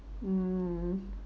mm